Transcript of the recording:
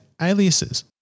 aliases